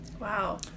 Wow